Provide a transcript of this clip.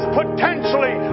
potentially